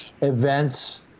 events